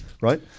right